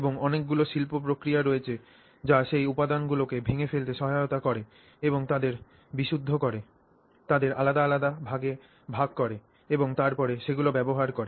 এবং অনেকগুলি শিল্প প্রক্রিয়া রয়েছে যা সেই উপাদানগুলিকে ভেঙে ফেলতে সহায়তা করে এবং তাদের বিশুদ্ধ করে তাদের আলাদা আলাদা ভাগে ভাগ করে এবং তারপরে সেগুলি ব্যবহার করে